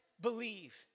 believe